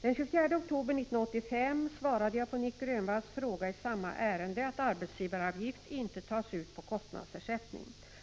Den 24 oktober 1985 svarade jag på Nic Grönvalls fråga i samma ärende att arbetsgivaravgift inte tas ut på kostnadsersättning.